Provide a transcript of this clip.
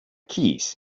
keys